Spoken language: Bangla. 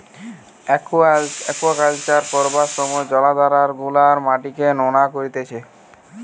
আকুয়াকালচার করবার সময় জলাধার গুলার মাটিকে নোনা করতিছে